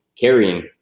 carrying